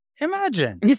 imagine